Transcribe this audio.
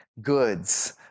goods